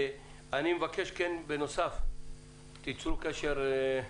אני מבקש בנוסף שתיצרו קשר עם המציעים